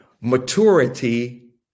maturity